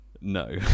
No